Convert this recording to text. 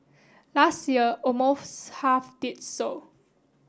last year almost half did so